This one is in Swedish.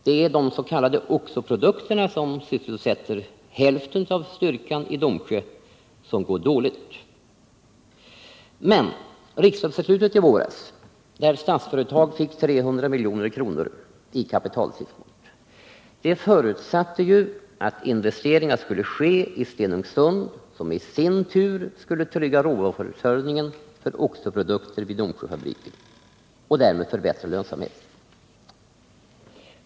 Det är de s.k. oxo-produkterna, som sysselsätter hälften av styrkan i Domsjö, som går dåligt. Men riksdagsbeslutet i våras, där statsföretag fick 300 milj.kr. i kapitaltillskott, förutsatte att investeringar skulle ske i Stenungsund, som i sin tur skulle trygga råvaruförsörjningen för oxo-produkter vid Domsjöfabriken och därmed förbättra lönsamheten.